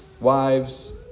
wives